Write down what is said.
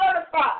certified